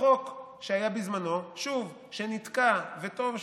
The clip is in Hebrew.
החוק שהיה בזמנו, שוב, שנתקע, וטוב שכך,